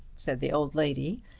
said the old lady,